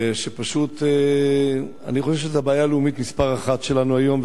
שפשוט אני חושב שזאת הבעיה הלאומית מספר אחת שלנו היום,